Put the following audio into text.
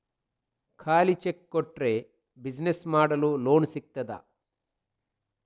ಖಾಲಿ ಚೆಕ್ ಕೊಟ್ರೆ ಬಿಸಿನೆಸ್ ಮಾಡಲು ಲೋನ್ ಸಿಗ್ತದಾ?